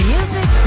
Music